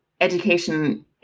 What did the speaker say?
education